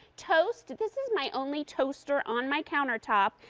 toast. this is my only toaster on my counter top.